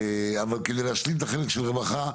אבל כדי להשלים את החלק של רווחה,